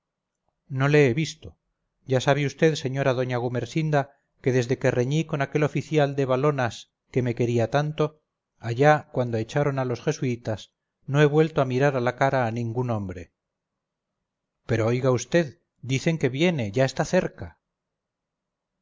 no le he visto ya sabe vd señora doña gumersinda que desde que reñí con aquel oficial de walonas que me quería tanto allá cuando echaron a los jesuitas no he vuelto a mirar a la cara a ningún hombre pero oiga vd dicen que viene ya está cerca